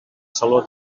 saló